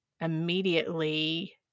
immediately